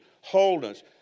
wholeness